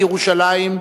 לירושלים,